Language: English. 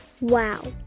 Wow